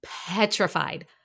petrified